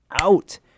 out